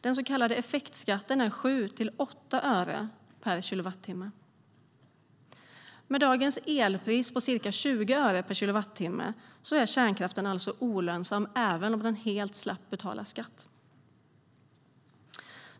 Den så kallade effektskatten är 7-8 öre per kilowattimme. Med dagens elpris på ca 20 öre per kilowattimme är alltså kärnkraften olönsam även om den helt slapp betala skatt.